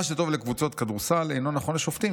מה שטוב לקבוצות כדורסל אינו נכון לשופטים,